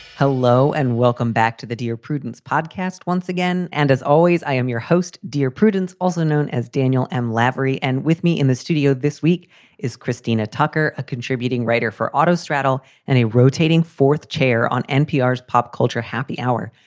hello and welcome back to the dear prudence podcast once again. and as always, i am your host. dear prudence, also known as daniel m. lavery. and with me in the studio this week is christina tucker, a contributing writer for auto straddle and a rotating fourth chair on npr's pop culture. happy hour.